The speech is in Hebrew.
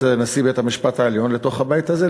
נשיא בית-המשפט העליון לתוך הבית הזה,